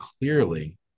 clearly